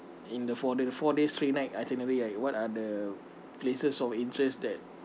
in the for the four days three nights itinerary right what are the places of interest that